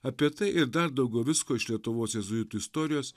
apie tai ir dar daugiau visko iš lietuvos jėzuitų istorijos